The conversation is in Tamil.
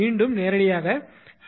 மீண்டும் நேரடியாக 𝑃2 𝑄2 12